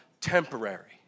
temporary